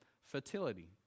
fertility